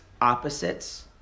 opposites